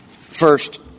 First